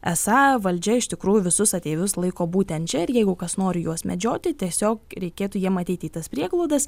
esą valdžia iš tikrųjų visus ateivius laiko būtent čia ir jeigu kas nori juos medžioti tiesiog reikėtų jiem ateiti į tas prieglaudas